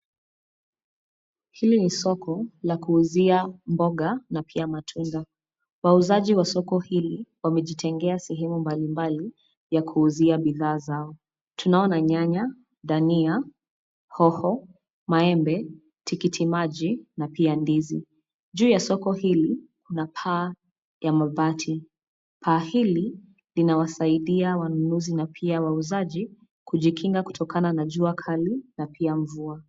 Hili ni soko la kuuzia mboga na pia matunda. Wauzaji wa soko hili wamejitengea sehemu mbalimbali ya kuuzia bidhaa zao. Tunaona nyanya, dania, hoho, maembe, tikitimaji, na pia ndizi. Ju ya soko hili, kuna paa ya mabati Paa hili linawasaidia wanunuzi na pia wauzaji kujikinga kutokana na jua Kali, na pia mvua.